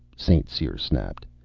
st. cyr snapped.